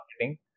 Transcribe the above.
marketing